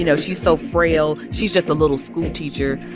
you know she's so frail. she's just a little schoolteacher.